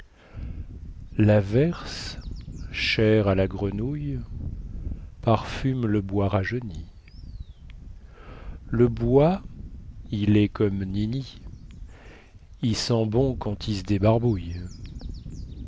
laverse chère à la grenouille parfume le bois rajeuni le bois il est comme nini y sent bon quand y sdébarbouille